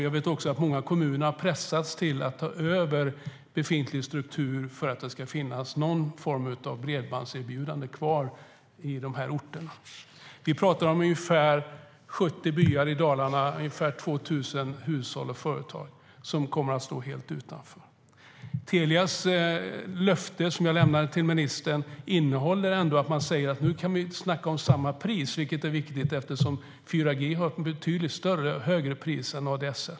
Jag vet också att många kommuner har pressats till att ta över befintlig struktur för att det ska finnas någon form av bredbandserbjudande kvar på de här orterna. Vi pratar om ungefär 70 byar i Dalarna, ungefär 2 000 hushåll och företag som kommer att stå helt utanför. Telias löfte, som jag lämnade till ministern, innebär ändå att man nu kan snacka om samma pris, vilket är viktigt eftersom 4G har ett betydligt högre pris än ADSL.